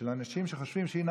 של אנשים שחושבים שהינה,